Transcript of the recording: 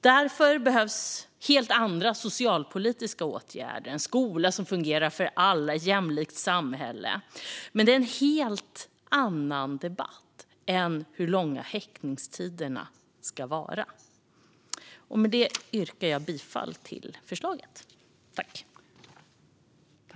Därför behövs helt andra socialpolitiska åtgärder, en skola som fungerar för alla och ett jämlikt samhälle. Men detta är en helt annan debatt än debatten om hur långa häktningstiderna ska vara. Med detta yrkar jag bifall till förslaget i betänkandet.